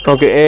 Okay